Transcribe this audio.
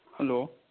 hello